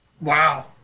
wow